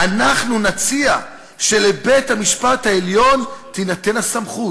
"אנחנו נציע שלבית-המשפט העליון תינתן הסמכות,